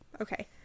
Okay